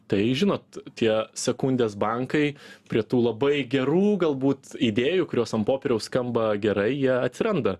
tai žinot tie sekundės bankai prie tų labai gerų galbūt idėjų kurios ant popieriaus skamba gerai jie atsiranda